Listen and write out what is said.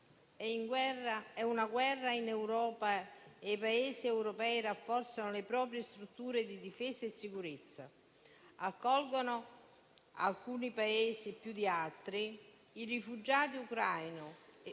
È una guerra in Europa e i Paesi europei rafforzano le proprie strutture di difesa e sicurezza. Alcuni Paesi più di altri accolgono i rifugiati ucraini